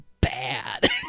bad